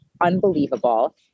unbelievable